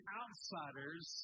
outsiders